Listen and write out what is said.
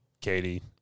Katie